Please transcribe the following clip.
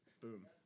Boom